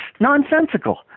nonsensical